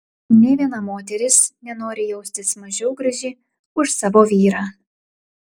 nė viena moteris nenori jaustis mažiau graži už savo vyrą